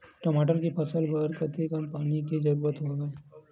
टमाटर के फसल बर कतेकन पानी के जरूरत हवय?